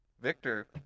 Victor